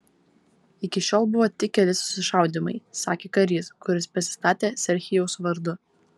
iki šiol buvo tik keli susišaudymai sakė karys kuris prisistatė serhijaus vardu